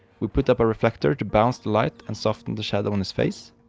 we put up a reflector to bounce the light and soften the shadow on his face.